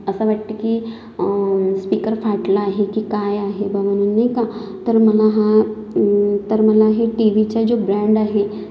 असं वाटतं की स्पीकर फाटला आहे की काय आहे बाबा म्हणजे नाही का तर मला हा तर मला हे टी व्हीचा जो ब्रँड आहे